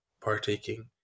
partaking